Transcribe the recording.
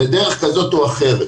בדרך כזו או אחרת.